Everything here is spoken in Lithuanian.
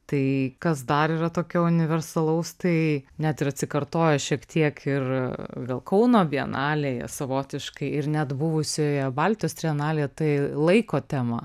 tai kas dar yra tokio universalaus tai net ir atsikartoja šiek tiek ir vėl kauno bienalėje savotiškai ir net buvusioje baltijos trienalėje tai laiko tema